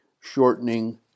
shortening